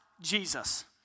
Jesus